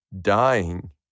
dying